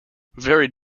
varied